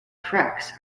tracks